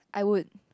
I would